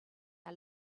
our